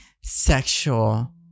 sexual